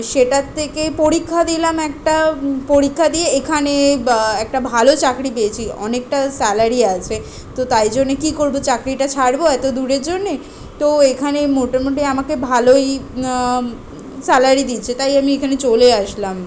সেটার থেকেই পরীক্ষা দিলাম একটা পরীক্ষা দিয়ে এখানে বা একটা ভালো চাকরি পেয়েছি অনেকটা স্যালারি আছে তো তাই জন্যে কী করবো চাকরিটা ছাড়বো এতো দূরের জন্যে তো এখানেই মোটামুটি আমাকে ভালোই স্যালারি দিচ্ছে তাই আমি এখানে চলে আসলাম